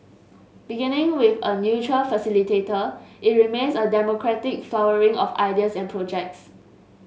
beginning with a neutral facilitator it remains a democratic flowering of ideas and projects